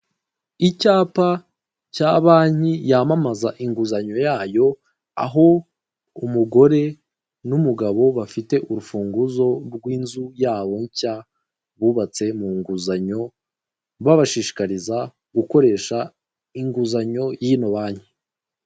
Icyapa cya banki yamamaza inguzanyo yayo aho umugore n'umugabo bafite urufunguzo rw'inzu yabo nshya bubatse mu nguzanyo, babashishikariza gukoresha inguzanyo y'ino banki.